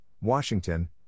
Washington